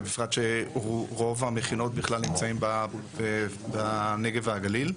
ובפרט שרוב המכינות בכלל נמצאות בנגב והגליל.